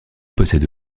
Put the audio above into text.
possède